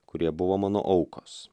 kurie buvo mano aukos